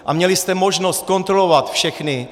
A ěli jste možnost kontrolovat všechny.